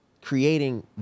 creating